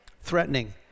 threatening